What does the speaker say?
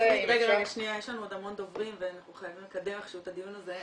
יש לנו עוד הרבה דוברים ואנחנו חייבים לקדם את הדיון הזה.